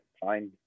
find